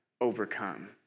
overcome